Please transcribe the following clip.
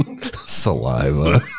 Saliva